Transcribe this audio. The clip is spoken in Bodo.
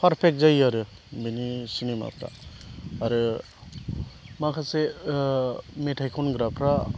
पारफेक्ट जायो आरो बिनि सिनेमाफ्रा आरो माखासे मेथाइ खनग्राफ्रा